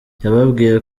yababwiye